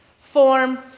form